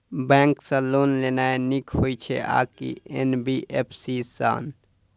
Bank सँ loan लेनाय नीक होइ छै आ की एन.बी.एफ.सी सँ?